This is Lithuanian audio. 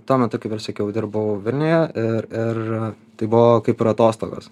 tuo metu kaip ir sakiau dirbau vilniuje ir ir tai buvo kaip ir atostogos